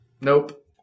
Nope